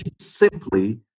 simply